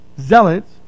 zealots